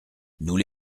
nous